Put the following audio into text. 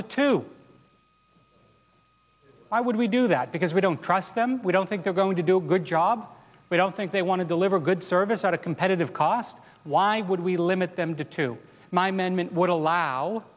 to two why would we do that because we don't trust them we don't think they're going to do a good job we don't think they want to deliver good service at a competitive cost why would we limit them to two my management would allow